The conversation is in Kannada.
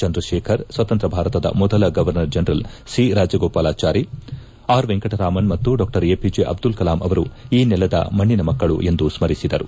ಚಂದ್ರಶೇಖರ್ ಸ್ವತಂತ್ರ ಭಾರದ ಮೊದಲ governor general C Rajagopalachari R Venkataraman ಮತ್ತು ಡಾ A P J Abdul Kalam ಅವರು ಈ ನೆಲದ ಮಣ್ಣಿನ ಮಕ್ಕಳು ಎಂದು ಸ್ಮರಿಸಿದರು